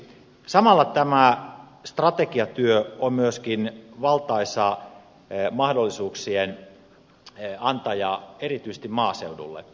samalla tämä strategiatyö on myöskin valtaisa mahdollisuuksien antaja erityisesti maaseudulle